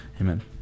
Amen